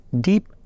deep